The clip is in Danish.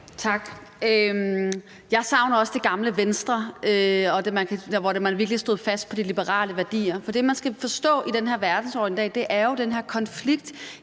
Tak. Jeg savner også det gamle Venstre, hvor man virkelig stod fast på de liberale værdier. For det, man skal forstå ved den her verdensorden i dag, er jo den her konflikt